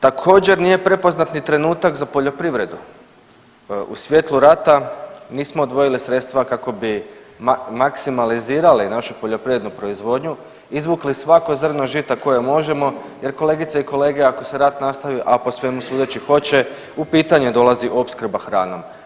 Također nije prepoznat ni trenutak za poljoprivredu, u svijetlu rata nismo odvojili sredstva kako bi maksimalizirali našu poljoprivrednu proizvodnju, izvukli svako zrno žita koje možemo jer kolegice i kolege ako se rat nastavi, a po svemu sudeći hoće u pitanje dolazi opskrba hranom.